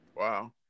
Wow